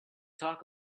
talk